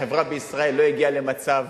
החברה בישראל לא הגיעה למצב